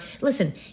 listen